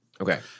Okay